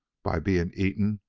by being eaten,